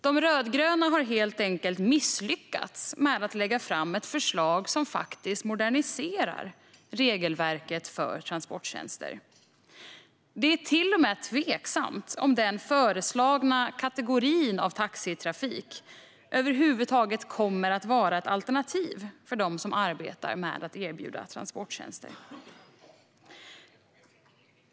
De rödgröna har helt enkelt misslyckats med att lägga fram ett förslag som faktiskt moderniserar regelverket för transporttjänster. Det är till och med tveksamt om den föreslagna kategorin av taxitrafik över huvud taget kommer att vara ett alternativ för dem som arbetar med att erbjuda transporttjänster.